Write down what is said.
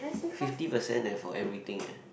fifty percent eh for everything eh